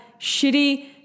shitty